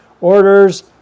orders